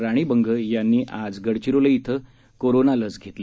राणी बंग यांनी आज गडचिरोली इथं कोरोनाची लस घेतली